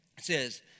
says